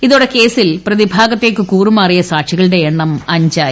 ഇതോടെ കേസിൽ പ്രതിഭാഗത്തേക്ക് കൂറുമാറിയ സാക്ഷികളുടെ എണ്ണം അഞ്ചായി